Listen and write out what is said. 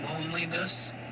loneliness